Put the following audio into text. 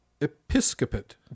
Episcopate